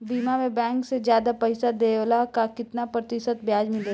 बीमा में बैंक से ज्यादा पइसा देवेला का कितना प्रतिशत ब्याज मिलेला?